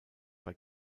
bei